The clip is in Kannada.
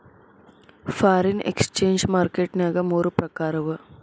ಫಾರಿನ್ ಎಕ್ಸ್ಚೆಂಜ್ ಮಾರ್ಕೆಟ್ ನ್ಯಾಗ ಮೂರ್ ಪ್ರಕಾರವ